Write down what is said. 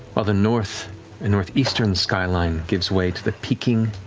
while the north and northeastern skyline gives way to the peaking,